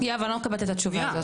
יואב, אני לא מקבלת את התשובה הזאת.